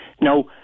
Now